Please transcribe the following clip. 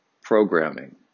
programming